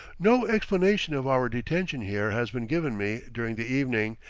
no explanation of our detention here has been given me during the evening,